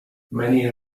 many